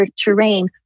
terrain